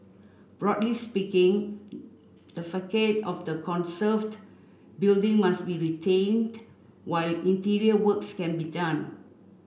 broadly speaking the facade of the conserved building must be retained while interior works can be done